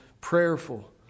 prayerful